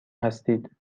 هستید